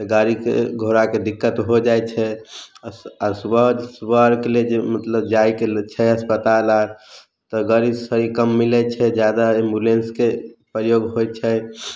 गाड़ीके घोड़ाके दिक्कत हो जाइ छै आ सुबह सुबह आरके लिये जे मतलब जाइके ले छै अस्पताल आर तऽ गड़ी तड़ी कम मिलै छै जादा एम्बुलेन्सके प्रयोग होइ छै